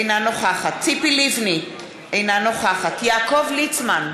אינה נוכחת ציפי לבני, אינה נוכחת יעקב ליצמן,